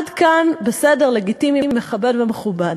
עד כאן בסדר, לגיטימי, מכבד ומכובד.